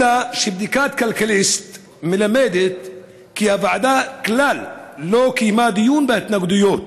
אלא שבדיקת כלכליסט מלמדת כי הוועדה כלל לא קיימה דיון בהתנגדויות.